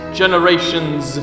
generations